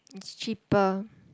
cheaper